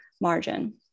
margin